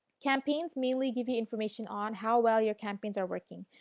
campaigns mainly gives you information on how well your campaigns are working.